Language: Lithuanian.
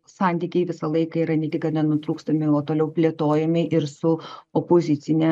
santykiai visą laiką yra ne tik kad nenutrūkstami o toliau plėtojami ir su opozicine